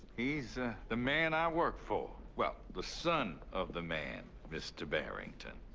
he's ah the man i work for well, the son of the man, mr. barrington.